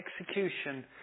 execution